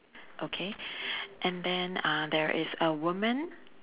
okay and then uh there is a woman